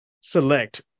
select